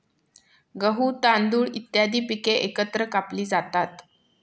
गहू, तांदूळ इत्यादी पिके एकत्र कापली जातात